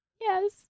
Yes